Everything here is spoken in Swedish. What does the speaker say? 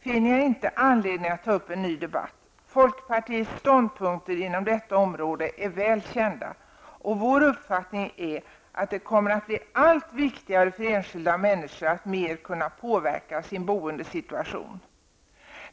finner jag inte anledning att ta upp en ny debatt. Folkpartiets ståndpunkter på detta område är väl kända, och vår uppfattning är att det kommer att bli allt viktigare för enskilda männniskor att mer kunna påverka sin boendesituation.